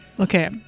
Okay